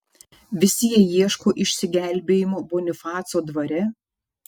visi jie ieško išsigelbėjimo bonifaco dvare